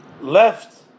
left